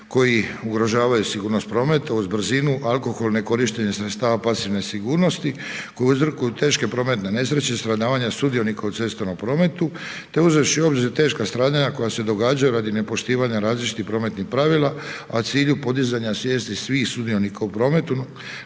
koji ugrožavaju sigurnost prometa iz brzinu, alkohol, ne korištenje sredstava pasivne sigurnosti koji uzrokuju teške prometne nesreće i stradavanja sudionika u cestovnom prometu te uzevši u obzir teška stradanja koja se događaju radi nepoštivanja različitih prometnih pravila, a u cilju podizanja svijesti svih sudionika u prometu